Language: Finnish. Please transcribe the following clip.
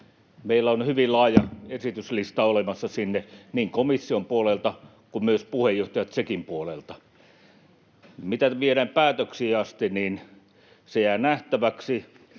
meillä on hyvin laaja esityslista olemassa sinne niin komission puolelta kuin myös puheenjohtaja Tšekin puolelta. Mitä viedään päätöksiin asti, se jää nähtäväksi.